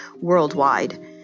worldwide